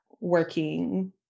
working